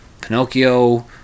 Pinocchio